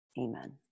Amen